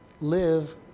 live